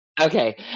Okay